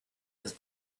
his